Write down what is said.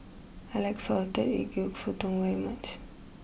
I like Salted Egg Yolk Sotong very much